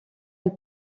elle